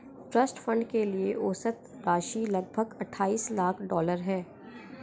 trust fund के लिए औसत राशि लगभग अट्ठाईस लाख डॉलर है